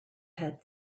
head